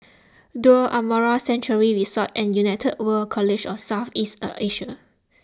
Duo Amara Sanctuary Resort and United World College of South East Asia